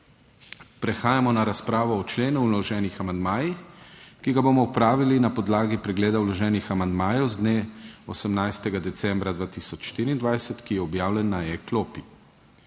Prehajamo na razpravo o členu in vloženih amandmajih, ki ga bomo opravili na podlagi pregleda vloženih amandmajev z dne 18. decembra 2024, ki je objavljen na e klopi.